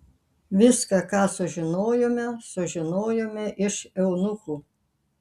viską ką sužinojome sužinojome iš eunuchų